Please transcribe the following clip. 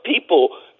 people